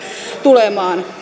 tulemaan